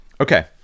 okay